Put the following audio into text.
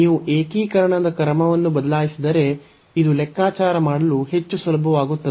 ನೀವು ಏಕೀಕರಣದ ಕ್ರಮವನ್ನು ಬದಲಾಯಿಸಿದರೆ ಇದು ಲೆಕ್ಕಾಚಾರ ಮಾಡಲು ಹೆಚ್ಚು ಸುಲಭವಾಗುತ್ತದೆ